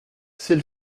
c’est